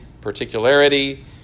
particularity